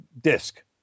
disc